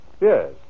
Yes